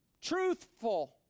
truthful